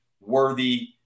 Worthy